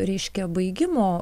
reiškia baigimo